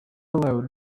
alone